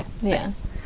Yes